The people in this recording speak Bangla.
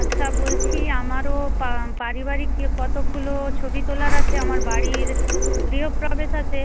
আচ্ছা বলছি আমারও পারিবারিক কতকগুলো ছবি তোলার আছে আমার বাড়ির গৃহপ্রবেশ আছে